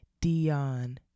Dion